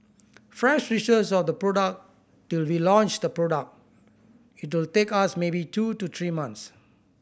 from research of the product till we launch the product it will take us maybe two to three months